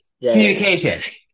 communication